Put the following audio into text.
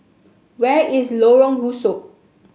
where is Lorong Rusuk